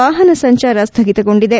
ವಾಹನ ಸಂಚಾರ ಸ್ವಗಿತಗೊಂಡಿದೆ